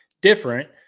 different